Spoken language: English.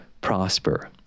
prosper